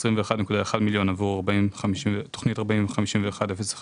21.1 מיליון שקלים לתוכנית 40-51-01,